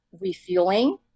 refueling